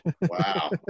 Wow